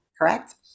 correct